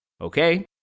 Okay